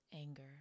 Anger